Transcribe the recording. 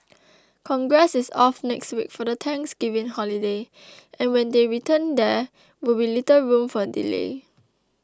congress is off next week for the Thanksgiving holiday and when they return there will be little room for delay